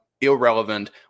irrelevant